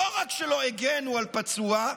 לא רק שלא הגנו על פצוע,